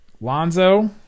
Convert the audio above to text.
Lonzo